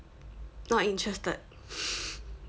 not interested